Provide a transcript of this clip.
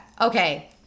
Okay